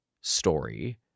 story